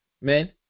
men